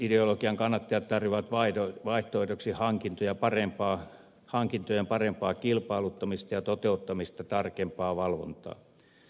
yksittäisideologian kannattajat tarjoavat vaihtoehdoksi hankintojen parempaa kilpailuttamista ja toteuttamisen tarkempaa valvontaa